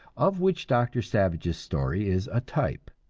of which doctor savage's story is a type.